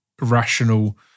rational